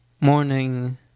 morning